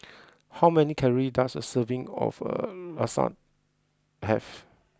how many calories does a serving of a Lasagne have